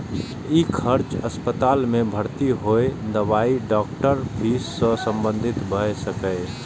ई खर्च अस्पताल मे भर्ती होय, दवाई, डॉक्टरक फीस सं संबंधित भए सकैए